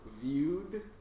viewed